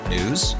News